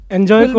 Enjoy